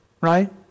Right